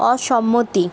অসম্মতি